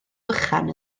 bychan